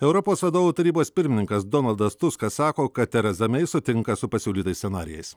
europos vadovų tarybos pirmininkas donaldas tuskas sako kad tereza mei sutinka su pasiūlytais scenarijais